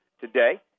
today